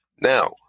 Now